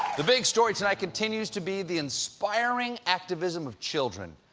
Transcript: the big story tonight continues to be the inspiring activism of children.